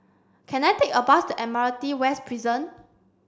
can I take a bus to Admiralty West Prison